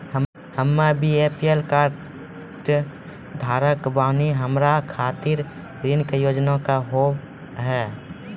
हम्मे BPL card धारक बानि हमारा खातिर ऋण के योजना का होव हेय?